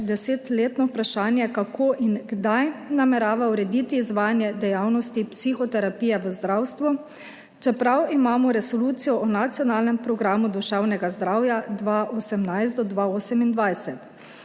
desetletno vprašanje, kako in kdaj namerava urediti izvajanje dejavnosti psihoterapije v zdravstvu, čeprav imamo Resolucijo o nacionalnem programu duševnega zdravja 2018 do 2028.